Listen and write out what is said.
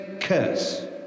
Curse